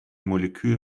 molekül